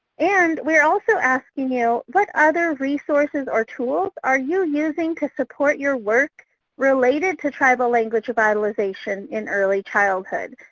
and we're also asking you what other resources or tools are you using to support your work related to tribal language revitalization in early childhood?